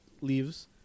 leaves